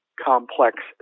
complex